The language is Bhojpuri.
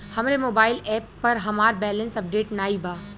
हमरे मोबाइल एप पर हमार बैलैंस अपडेट नाई बा